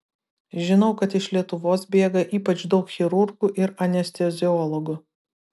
žinau kad iš lietuvos bėga ypač daug chirurgų ir anesteziologų